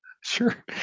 Sure